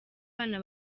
abana